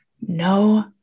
no